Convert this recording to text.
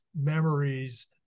memories